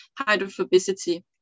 hydrophobicity